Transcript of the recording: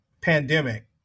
pandemic